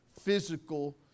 physical